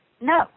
No